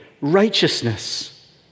righteousness